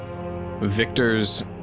Victor's